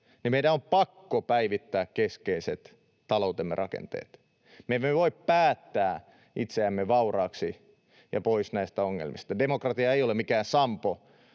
niin meidän on pakko päivittää keskeiset taloutemme rakenteet. Me emme voi päättää itseämme vauraaksi ja pois näistä ongelmista. Demokratia ei ole mikään sampo,